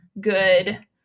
good